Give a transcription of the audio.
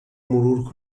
مرور